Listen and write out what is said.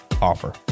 offer